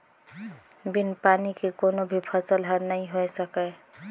बिन पानी के कोनो भी फसल हर नइ होए सकय